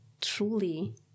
truly